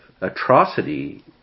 atrocity